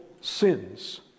sins